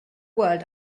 world